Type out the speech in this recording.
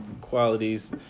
qualities